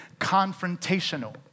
confrontational